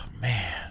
man